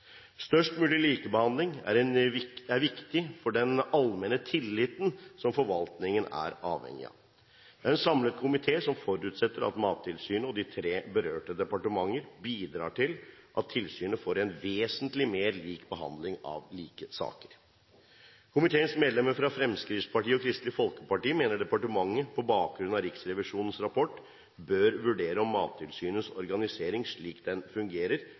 Størst mulig likebehandling er viktig for den allmenne tilliten som forvaltningen er avhengig av. Det er en samlet komité som forutsetter at Mattilsynet og de tre berørte departementene bidrar til at tilsynet får en vesentlig mer lik behandling av like saker. Komiteens medlemmer fra Fremskrittspartiet og Kristelig Folkeparti mener departementet på bakgrunn av Riksrevisjonens rapport bør vurdere om Mattilsynets organisering slik den fungerer,